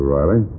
Riley